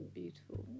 beautiful